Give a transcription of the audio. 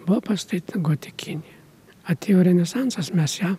buvo pastatyta gotikinė atėjo renesansas mes ją